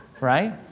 right